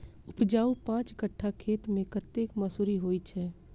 उपजाउ पांच कट्ठा खेत मे कतेक मसूरी होइ छै?